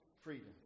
freedom